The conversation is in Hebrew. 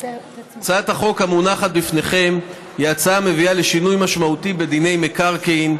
הצעת החוק המונחת בפניכם היא הצעה המביאה לשינוי משמעותי בדיני מקרקעין,